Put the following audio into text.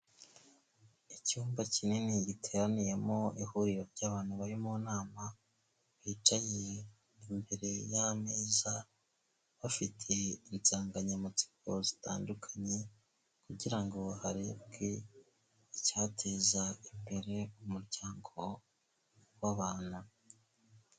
Icyumba kinini giteraniyemo ihuriro ry'abantu bari mu nama, bicaye imbere y'ameza, bafite insanganyamatsiko zitandukanye kugira ngo harebwe icyateza imbere umuryango w'abantu.